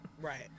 Right